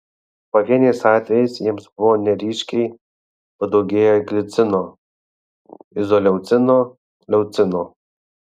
pavieniais atvejais jiems buvo neryškiai padaugėję glicino izoleucino leucino